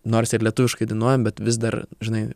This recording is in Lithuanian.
nors ir lietuviškai dainuojam bet vis dar žinai